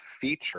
feature